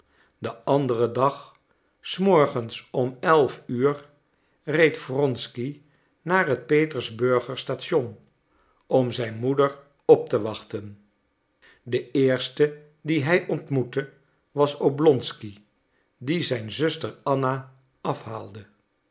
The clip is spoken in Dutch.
den anderen dag s morgens om elf uur reed wronsky naar het petersburger station om zijn moeder op te wachten de eerste dien hij ontmoette was oblonsky die zijn zuster anna afhaalde